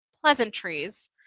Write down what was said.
pleasantries